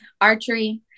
archery